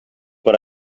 but